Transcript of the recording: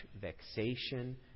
vexation